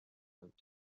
хувьд